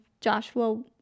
Joshua